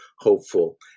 hopeful